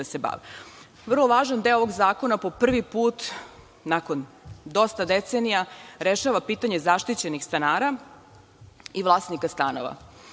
bave. Vrlo važan deo ovog zakona po prvi put nakon dosta decenija rešava pitanje zaštićenih stanara i vlasnika stanova.